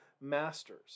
masters